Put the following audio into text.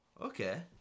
Okay